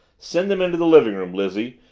send them into the livingroom, lizzie,